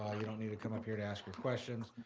ah you don't need to come up here to ask your questions.